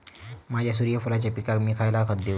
माझ्या सूर्यफुलाच्या पिकाक मी खयला खत देवू?